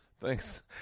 Thanks